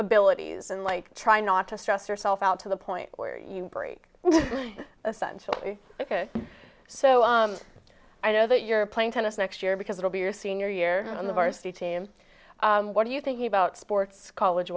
abilities and like try not to stress yourself out to the point where you break essential so i know that you're playing tennis next year because it'll be your senior year on the varsity team what are you thinking about sports college